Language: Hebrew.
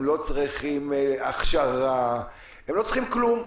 הם לא צריכים הכשרה, הם לא צריכים כלום.